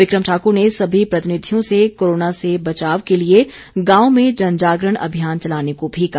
बिक्रम ठाकुर ने सभी प्रतिनिधियों से कोरोना से बचाव के लिए गांव में जनजागरण अभियान चलाने को भी कहा